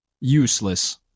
useless